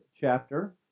chapter